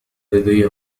لدي